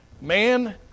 Man